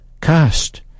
Cast